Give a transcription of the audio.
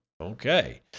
Okay